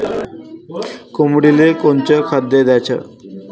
कोंबडीले कोनच खाद्य द्याच?